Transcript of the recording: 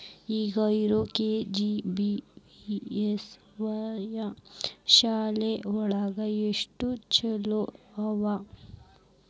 ಈಗ ಇರೋ ಕೆ.ಜಿ.ಬಿ.ವಿ.ವಾಯ್ ಶಾಲೆ ಒಳಗ ಎಷ್ಟ ಚಾಲ್ತಿ ಅವ?